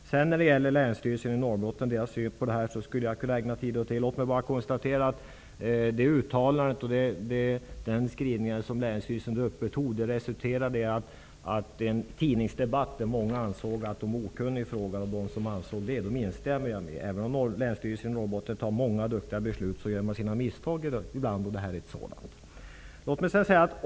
Jag skulle kunna ägna mycket tid åt att kommentera den syn som Länsstyrelsen i Norrbotten har på frågan. Låt mig bara konstatera att de uttalanden som länstyrelsen gjorde resulterade i en tidningsdebatt. Många ansåg att länstyrelsen var okunnig i frågan. Jag instämmer med dem. Även om Länsstyrelsen i Norrbottens län fattar många bra beslut görs det misstag ibland, och det här är ett sådant.